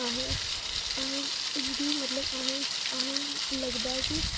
अहे्ं अहे्ं उं'दी मतलब अहे्ं अहे्ं ई लगदा कि